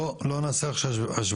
בוא לא נעשה עכשיו השוואות.